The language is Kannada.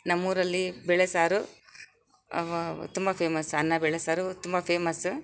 ನಮ್ಮೂರಲ್ಲಿ ಬೇಳೆಸಾರು ತುಂಬ ಫೇಮಸ್ ಅನ್ನ ಬೇಳೆಸಾರು ತುಂಬ ಫೇಮಸ್